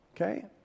Okay